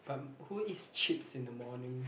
but who eat chips in the morning